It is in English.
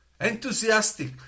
Enthusiastic